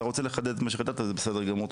אתה רוצה לחדד את מה שחשבת, זה בסדר גמור.